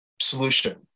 solution